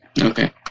Okay